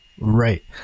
Right